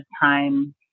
time